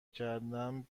کردن